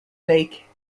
lake